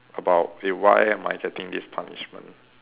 about eh why am I getting this punishment